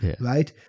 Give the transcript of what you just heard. right